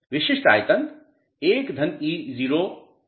विशिष्ट आयतन 1 eo होता है